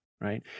right